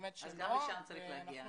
גם לשם צריך להגיע.